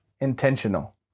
Intentional